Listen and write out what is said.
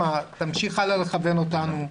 תמשיך לכוון אותנו,